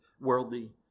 worldly